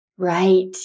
Right